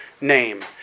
name